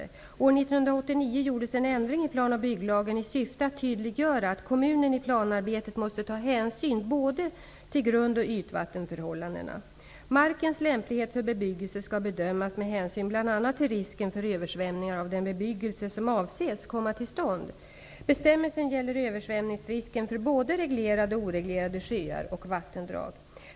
År 1989 gjordes en ändring i plan och bygglagen i syfte att tydliggöra att kommunen i planarbetet måste ta hänsyn till både grundoch ytvattenförhållandena. Markens lämplighet för bebyggelse skall bedömas med hänsyn bl.a. till risken för översvämningar av den bebyggelse som avses komma till stånd. Bestämmelsen gäller översvämningsrisken både för reglerade och för oreglerade sjöar och vattendrag.